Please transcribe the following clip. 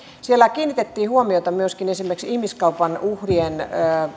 siellä kiinnitettiin huomiota esimerkiksi ihmiskaupan uhrien